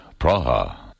Praha